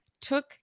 took